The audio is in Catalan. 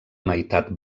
meitat